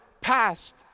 passed